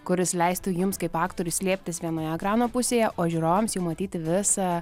kuris leistų jums kaip aktorius slėptis vienoje ekrano pusėje o žiūrovams jau matyti visą